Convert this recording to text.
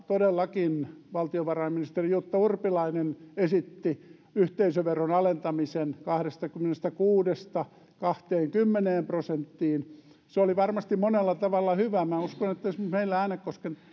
todellakin valtiovarainministeri jutta urpilainen esitti yhteisöveron alentamista kahdestakymmenestäkuudesta kahteenkymmeneen prosenttiin se oli varmasti monella tavalla hyvä minä uskon että esimerkiksi meillä äänekosken